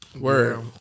Word